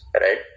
right